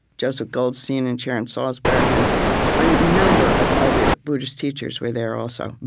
joseph goldstein and sharon salzberg and a number of other buddhist teachers were there also,